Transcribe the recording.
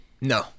No